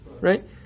Right